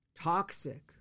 toxic